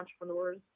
entrepreneurs